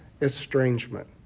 estrangement